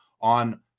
on